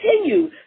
continue